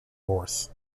north